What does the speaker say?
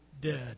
dead